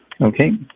Okay